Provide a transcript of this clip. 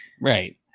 right